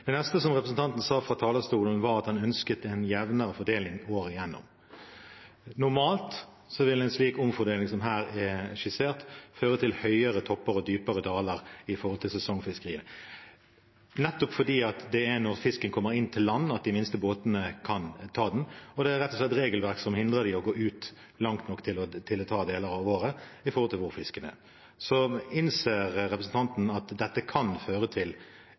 Det neste som representanten sa fra talerstolen, var at han ønsket en jevnere fordeling året igjennom. Normalt vil en slik omfordeling som her er skissert, føre til høyere topper og dypere daler for sesongfiskeriet, nettopp fordi det er når fisken kommer inn til land, at de minste båtene kan ta den. Det er rett og slett regelverket som hindrer dem fra å gå langt nok ut til å ta fisken deler av året, på grunn av hvor fisken er. Innser representanten Moxnes at dette kan føre til